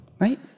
right